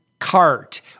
cart